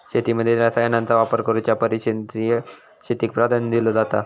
शेतीमध्ये रसायनांचा वापर करुच्या परिस सेंद्रिय शेतीक प्राधान्य दिलो जाता